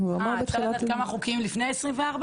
אפשר לדעת כמה היו חוקיים לפני ה-24?